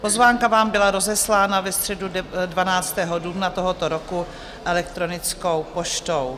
Pozvánka vám byla rozeslána ve středu 12. dubna tohoto roku elektronickou poštou.